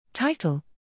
Title